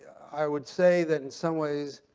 i would say that, in some ways,